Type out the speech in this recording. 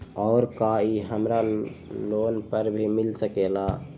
और का इ हमरा लोन पर भी मिल सकेला?